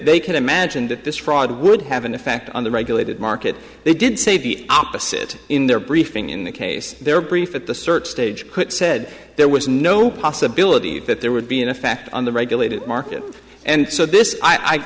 they can imagine that this fraud would have an effect on the regulated market they did say the opposite in their briefing in that case their brief at the search stage said there was no possibility that there would be an effect on the regulated market and so this i